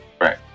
Right